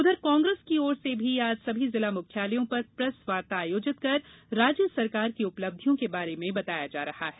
उधर कांग्रेस की ओर से भी आज सभी जिला मुख्यालयों पर प्रेस वार्ता आयोजित कर राज्य सरकार की उपलब्धियों के बारे में बताया जा रहा है